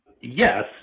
Yes